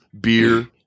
Beer